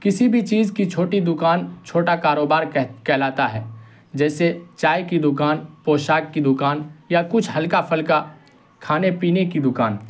کسی بھی چیز کی چھوٹی دکان چھوٹا کاروبار کہلاتا ہے جیسے چائے کی دکان پوشاک کی دکان یا کچھ ہلکا پھلکا کھانے پینے کی دکان